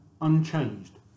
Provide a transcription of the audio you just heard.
unchanged